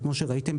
כמו שראיתם,